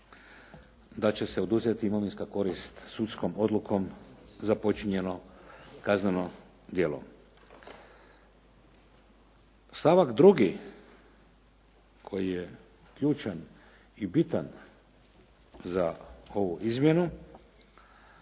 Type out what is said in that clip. da će se oduzeti imovinska korist sudskom odlukom za počinjeno kazneno djelo. Stavak 2. koji je ključan i bitan za ovu izmjenu